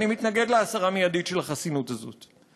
אני מתנגד להסרה מיידית של החסינות הזאת.